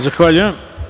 Zahvaljujem.